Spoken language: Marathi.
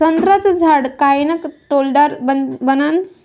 संत्र्याचं झाड कायनं डौलदार बनन?